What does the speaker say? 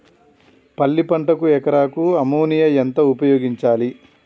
పల్లి పంటకు ఎకరాకు అమోనియా ఎంత ఉపయోగించాలి?